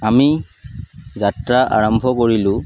আমি যাত্ৰা আৰম্ভ কৰিলোঁ